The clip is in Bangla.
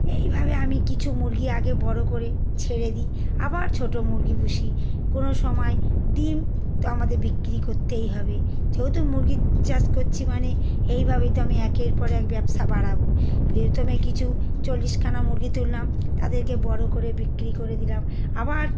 এইভাবে আমি কিছু মুরগি আগে বড় করে ছেড়ে দিই আবার ছোটো মুরগি পুষি কোনো সময় ডিম তো আমাদের বিক্রি করতেই হবে যেহেতু মুরগির চাষ করছি মানে এইভাবেই তো আমি একের পর এক ব্যবসা বাড়াব প্রথমে কিছু চল্লিশখানা মুরগি তুললাম তাদেরকে বড় করে বিক্রি করে দিলাম আবার